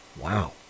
Wow